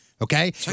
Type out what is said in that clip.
Okay